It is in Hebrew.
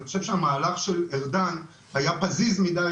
אבל אני חושב שהמהלך של ארדן היה פזיז מידי,